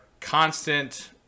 constant